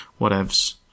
whatevs